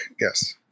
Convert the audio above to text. yes